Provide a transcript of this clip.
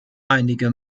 einige